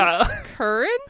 current